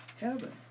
heaven